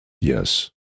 Yes